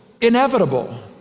inevitable